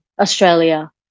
Australia